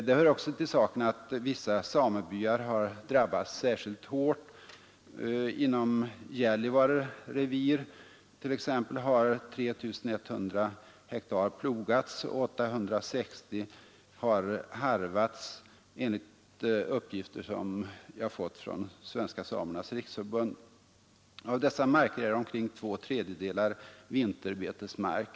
Det hör också till saken att vissa samebyar har drabbats särskilt hårt. Inom Gällivare revir t.ex. har 3 100 hektar plogats och 860 hektar har harvats, enligt uppgifter som vi har fått från Svenska samernas riksförbund. Av dessa marker är två tredjedelar vinterbetesmark.